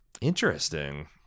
Interesting